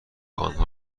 آنها